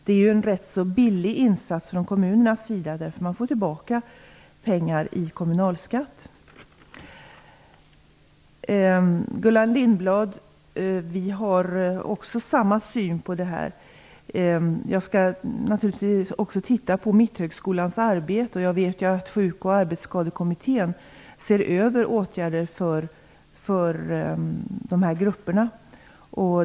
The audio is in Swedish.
Det är en rätt så billig insats från kommunernas sida, eftersom de får tillbaka pengar i kommunalskatt. Vi har samma syn på detta, Gullan Lindblad. Jag skall naturligtvis också titta på Mitthögskolans arbete. Jag vet att Sjuk och arbetsskadekommittén ser över åtgärder för dessa grupper.